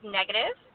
negative